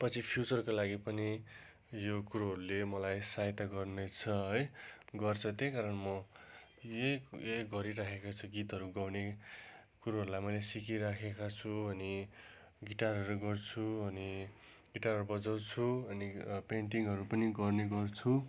पछि फ्युचरका लागि पनि यो कुरोहरूले मलाई सहायता गर्ने छ है गर्छ त्यही कारण म यही यही गरिराखेका छु गीतहरू गाउने कुरोलाई मैले सिकिराखेका छु अनि गिटारहरू गर्छु अनि गिटारहरू बजाउँछु अनि पेन्टिङहरू पनि गर्ने गर्छु